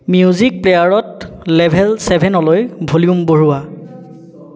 music প্লেয়াৰত level ছে'ভেনলৈ volume বঢ়োৱা